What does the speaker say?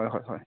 হয় হয় হয়